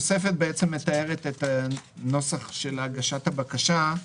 מתארת את נוסח הגשת הבקשה.